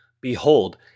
Behold